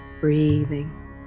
Breathing